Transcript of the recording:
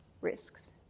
risks